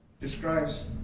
Describes